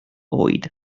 oed